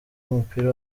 w’umupira